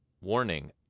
Warning